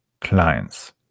clients